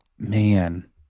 Man